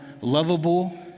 lovable